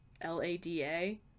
l-a-d-a